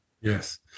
Yes